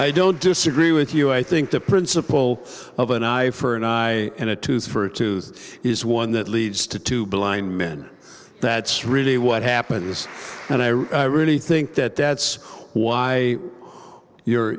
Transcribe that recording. i don't disagree with you i think the principle of an eye for an eye and a tooth for tooth is one that leads to two blind men that's really what happens and i really think that that's why you're